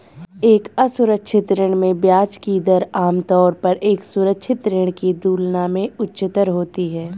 एक असुरक्षित ऋण में ब्याज की दर आमतौर पर एक सुरक्षित ऋण की तुलना में उच्चतर होती है?